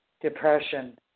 depression